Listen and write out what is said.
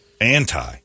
anti